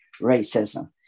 racism